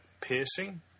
piercing